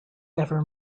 never